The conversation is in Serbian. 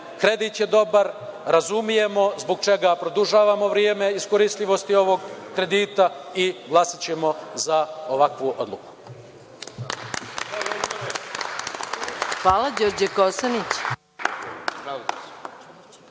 kredit je dobar, razumem zbog čega produžavamo vreme iskoristljivosti ovog kredita i glasaćemo za ovakvu odluku. **Maja Gojković**